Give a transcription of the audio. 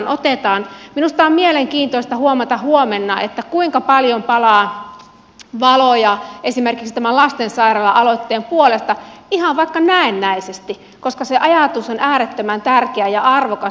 minusta on mielenkiintoista huomata huomenna kuinka paljon palaa valoja esimerkiksi tämän lastensairaala aloitteen puolesta ihan vaikka näennäisesti koska se ajatus on äärettömän tärkeä ja arvokas